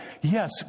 Yes